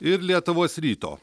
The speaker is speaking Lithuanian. ir lietuvos ryto